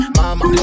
mama